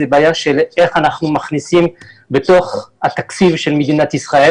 זו בעיה של איך אנחנו מכניסים בתוך התקציב של מדינת ישראל